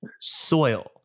soil